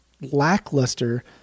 lackluster